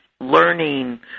learning